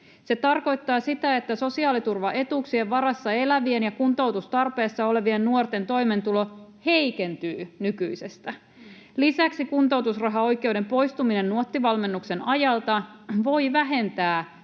Se tarkoittaa sitä, että sosiaaliturvaetuuksien varassa elävien ja kuntoutustarpeessa olevien nuorten toimeentulo heikentyy nykyisestä. Lisäksi kuntoutusrahaoikeuden poistuminen Nuotti-valmennuksen ajalta voi vähentää